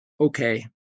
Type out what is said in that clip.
okay